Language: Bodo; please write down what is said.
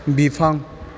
बिफां